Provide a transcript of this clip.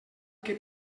que